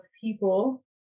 people